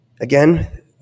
again